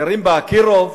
גרים באקירוב,